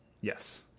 Yes